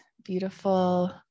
beautiful